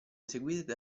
eseguite